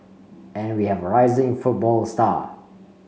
and we have a rising football star